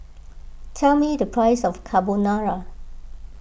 tell me the price of Carbonara